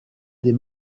des